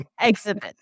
Exhibit